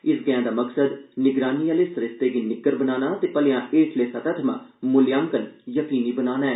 इस गैंह् दा मकसद निगरानी आहले सरिस्ते गी निग्गर बनाना ते भलेआं हेठले स्तर थमां मूल्यांकन यकीनी बनाना ऐ